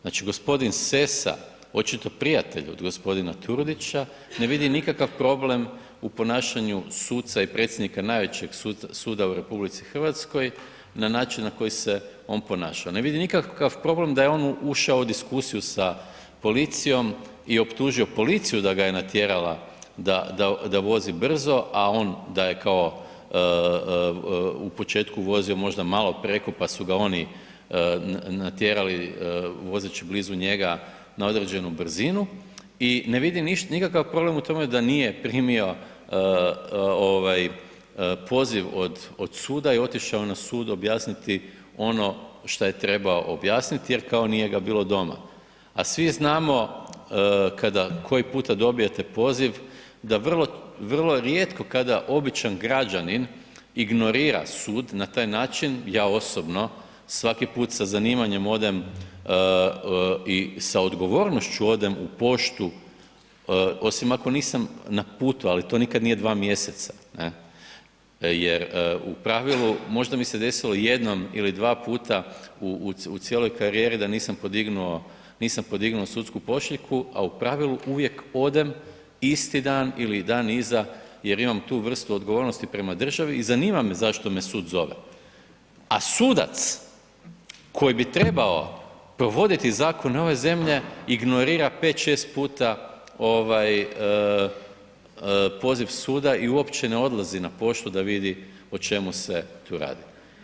Znači, g. Sesa, očito prijatelj od g. Turudića ne vidi nikakav problem u ponašanju suca i predsjednika najvećeg suda u RH na način na koji se on ponaša, ne vidi nikakav problem da je on ušao u diskusiju sa policijom i optužio policiju da ga je natjerala da, da, da vozi brzo, a on da je kao u početku vozio možda malo preko, pa su ga oni natjerali vozeći blizu njega na određenu brzinu i ne vidi nikakav problem u tome da nije primio poziv od suda i otišao na sud objasniti ono šta je trebao objasniti jer kao nije ga bilo doma, a svi znamo kada koji puta dobijete poziv da vrlo, vrlo rijetko kada običan građanin ignorira sud na taj način, ja osobno svaki put sa zanimanjem odem i sa odgovornošću odem u poštu, osim ako nisam na putu, ali to nikad nije dva mjeseca ne, jer u pravilu možda mi se desilo jednom ili dva puta u cijeloj karijeri da nisam podignuo, nisam podignuo sudsku pošiljku, a u pravilu uvijek odem isti dan ili dan iza jer imam tu vrstu odgovornosti prema državi i zanima me zašto me sud zove, a sudac koji bi trebao provoditi zakone ove zemlje ignorira 5-6 puta poziv suda i uopće ne odlazi na poštu da vidi o čemu se tu radi.